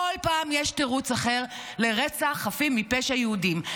כל פעם יש תירוץ אחר לרצח חפים מפשע יהודים.